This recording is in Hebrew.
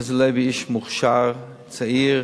חזי לוי איש מוכשר, צעיר,